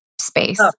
space